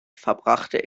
verbrachte